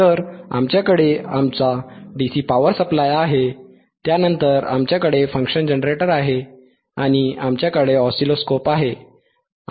तर आमच्याकडे आमचा डीसी पॉवर सप्लाय आहे त्यानंतर आमच्याकडे फंक्शन जनरेटर आहे आणि आमच्याकडे ऑसिलोस्कोप आहे